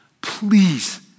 please